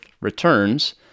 returns